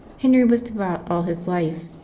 henry was devout all his life.